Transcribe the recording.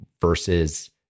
versus